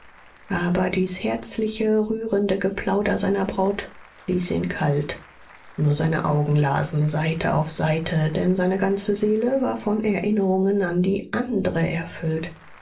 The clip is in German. aber dies herzliche rührende geplauder seiner braut ließ ihn kalt nur seine augen lasen seite auf seite denn seine ganze seele war von erinnerungen an die andre erfüllt